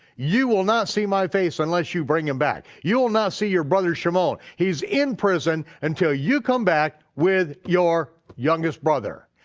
you will not see my face unless you bring him back. you will not see your brother shimon, he's in prison until you come back with your youngest brother.